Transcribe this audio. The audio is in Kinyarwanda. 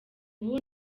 ubu